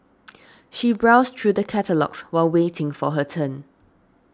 she browsed through the catalogues while waiting for her turn